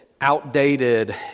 outdated